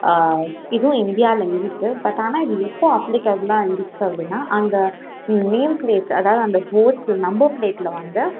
இதுவும் இந்தியாவில் இருக்குது பட் ஆனால் இது எப்போது அப்லிக்கபுலாக இருக்குது அப்படினா அங்கே நேம் கிரியேட் அதாவது அந்த போர்ட்ஸில் நம்பர் பிளேட்டில் வந்து